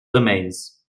domains